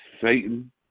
Satan